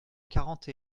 quarante